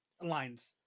lines